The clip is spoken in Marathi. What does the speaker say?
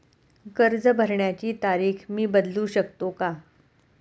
कर्ज भरण्याची तारीख मी बदलू शकतो का?